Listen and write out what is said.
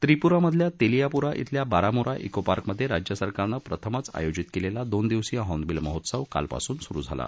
त्रिपूरामधल्या तेलीयापूरा खिल्या बारामूरा क्री पार्कमधे राज्यसरकारनं प्रथमच आयोजित केलेला दोन दिवसीय हॉर्नबील महोत्सव कालपासून सुरु झाला